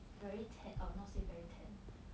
very ta~ orh not say very tan